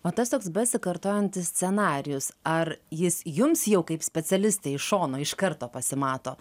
o tas toks besikartojantis scenarijus ar jis jums jau kaip specialistei iš šono iš karto pasimato